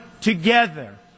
together